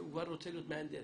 הוא כבר רוצה להיות מהנדס.